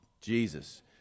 Jesus